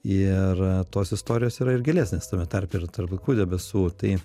ir tos istorijos yra ir gilesnės tame tarpe ir tarp pilkų debesų tai